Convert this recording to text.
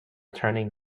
turning